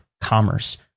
commerce